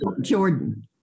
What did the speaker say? Jordan